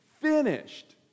finished